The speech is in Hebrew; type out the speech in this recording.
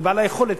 לבעלי היכולת,